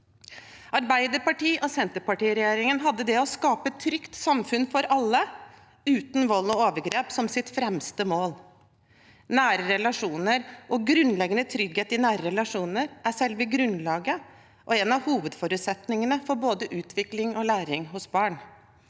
Arbeiderparti–Senterparti-regjeringen hadde det å skape et trygt samfunn for alle, uten vold og overgrep, som sitt fremste mål. Nære relasjoner og grunnleggende trygghet i nære relasjoner er selve grunnlaget og en av hovedforutsetningene for både utvikling og læring hos barn.